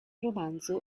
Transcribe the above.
romanzo